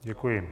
Děkuji.